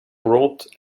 wrote